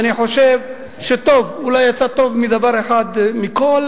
ואני חושב שאולי יצא דבר אחד טוב מכל